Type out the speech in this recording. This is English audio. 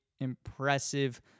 impressive